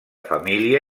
família